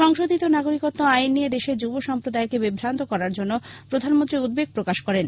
সংশোধিত নাগরিকত্ব আইন নিয়ে দেশের যুব সম্প্রদায়কে বিভ্রান্ত করার জন্য প্রধানমন্ত্রী উদ্বেগ প্রকাশ করেন